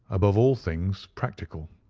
above all things practical.